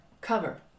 cover